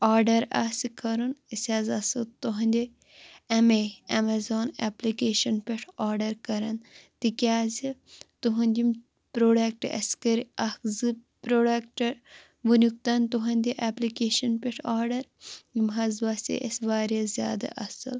order آسہِ کَرُن أسۍ حظ آسَو تُہنٛدے ایٚمے ایٚمَزان ایٚپلِکیشَن پٮ۪ٹھ آرڈَر کَران تِکیٛازِ تُہنٛد یِم پرٛوڈکٹ اَسہِ کٔرۍ اَکھ زٕ پرٛوڈکٹ وُنیُک تانۍ تُہنٛدِ ایٚپلِکیشَن پٮ۪ٹھ آرڈر یِم حظ باسے اسہِ واریاہ زیادٕ آصٕل